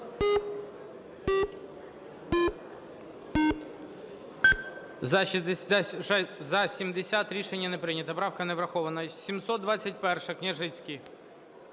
За-70 Рішення не прийнято, правка не врахована. 721-а, Княжицький.